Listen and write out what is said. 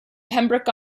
pembroke